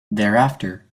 thereafter